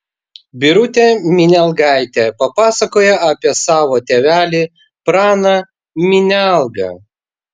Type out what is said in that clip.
birutė minialgaitė papasakojo apie savo tėvelį praną minialgą